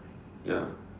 ya